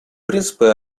принципы